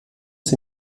sie